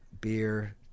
beer